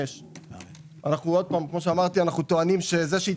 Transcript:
5. אנחנו טוענים שלא יכול להיות שמענישים אותנו